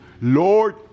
Lord